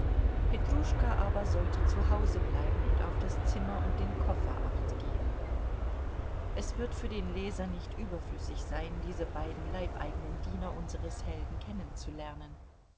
petruschka aber sollte zu hause bleiben und auf das zimmer und den koffer achtgeben es wird für den leser nicht überflüssig sein diese beiden leibeigenen diener unseres helden kennenzulernen